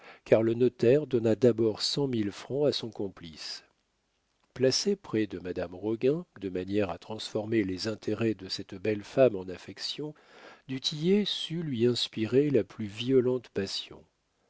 car le notaire donna d'abord cent mille francs à son complice placé près de madame roguin de manière à transformer les intérêts de cette belle femme en affection du tillet sut lui inspirer la plus violente passion